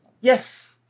Yes